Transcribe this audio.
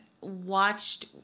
watched